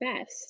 best